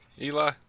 Eli